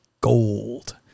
gold